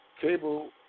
cable